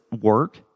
work